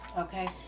okay